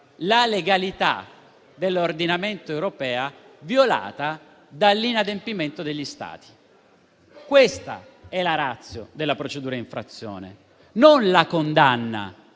la legalità dell'ordinamento europeo, violata dall'inadempimento degli Stati. Questa è la *ratio* della procedura d'infrazione, non la condanna